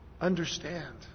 Understand